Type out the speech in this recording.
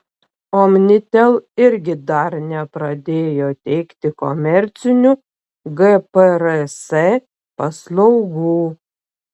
omnitel irgi dar nepradėjo teikti komercinių gprs paslaugų